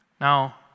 Now